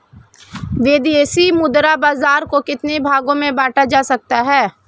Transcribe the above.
विदेशी मुद्रा बाजार को कितने भागों में बांटा जा सकता है?